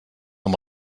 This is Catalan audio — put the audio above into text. amb